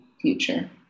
future